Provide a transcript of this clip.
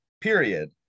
period